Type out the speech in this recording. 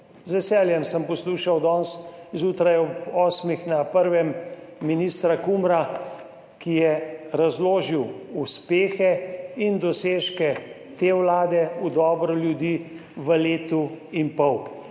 Z veseljem sem poslušal danes zjutraj ob osmih na Prvem ministra Kumra, ki je razložil uspehe in dosežke te vlade v dobro ljudi v letu in pol.